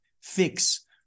fix